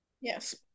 Yes